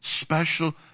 special